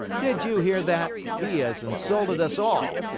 did you hear that? he has insulted us all.